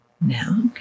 now